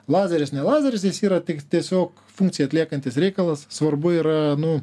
lazeris ne lazeris jis yra tik tiesiog funkciją atliekantis reikalas svarbu yra nu